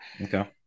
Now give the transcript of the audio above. Okay